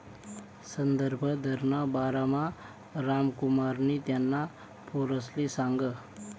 संदर्भ दरना बारामा रामकुमारनी त्याना पोरसले सांगं